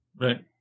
Right